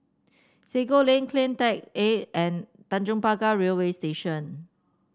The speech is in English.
Sago Lane CleanTech A and Tanjong Pagar Railway Station